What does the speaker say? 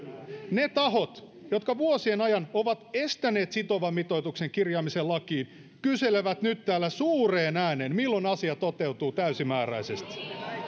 ne tahot jotka vuosien ajan ovat estäneet sitovan mitoituksen kirjaamisen lakiin kyselevät nyt täällä suureen ääneen milloin asia toteutuu täysimääräisesti